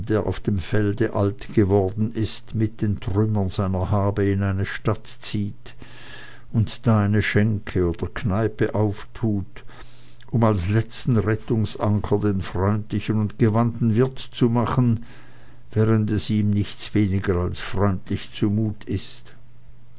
der auf dem felde alt geworden ist mit den trümmern seiner habe in eine stadt zieht und da eine schenke oder kneipe auftut um als letzten rettungsanker den freundlichen und gewandten wirt zu machen während es ihm nichts weniger als freundlich zu mut ist